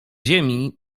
ziemi